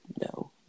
No